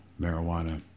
marijuana